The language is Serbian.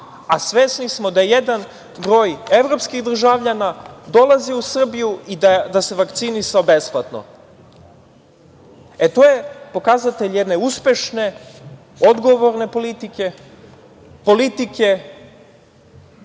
a svesni smo da jedan broj evropskih državljana dolazi u Srbiju i da se vakcinisao besplatno. To je pokazatelj jedne uspešne, odgovorne politike, politike